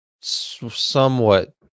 somewhat